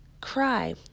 cry